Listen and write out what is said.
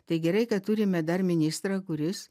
tai gerai kad turime dar ministrą kuris